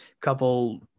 couple